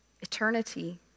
eternity